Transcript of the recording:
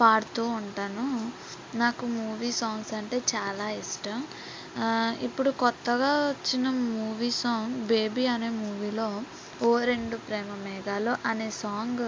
పాడుతూ ఉంటాను నాకు మూవీ సాంగ్స్ అంటే చాలా ఇష్టం ఇప్పుడు కొత్తగా వచ్చిన మూవీ సాంగ్ బేబీ అనే మూవీలో ఓ రెండు ప్రేమ మేఘాలు అనే సాంగ్